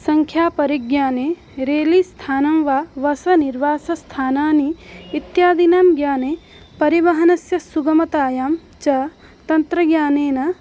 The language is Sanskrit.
सङ्ख्या परिज्ञाने रेलस्थानं वा वासनिर्वासस्थानानि इत्यादीनां ज्ञाने परिवहनस्य सुगमतायां च तन्त्रज्ञानेन